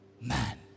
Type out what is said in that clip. man